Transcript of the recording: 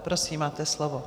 Prosím, máte slovo.